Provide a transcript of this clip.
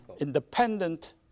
independent